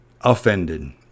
offended